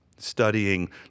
studying